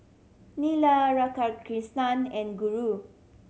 Neila Radhakrishnan and Guru